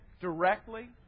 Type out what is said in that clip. directly